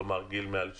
כלומר גיל מעל 70,